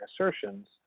assertions